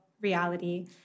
reality